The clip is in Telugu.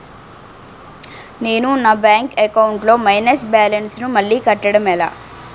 నేను నా బ్యాంక్ అకౌంట్ లొ మైనస్ బాలన్స్ ను మళ్ళీ కట్టడం ఎలా?